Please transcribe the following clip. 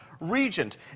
regent